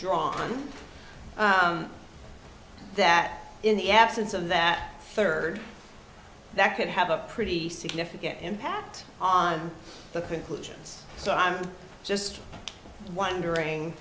drawn that in the absence of that third that could have a pretty significant impact on the conclusions so i'm just wondering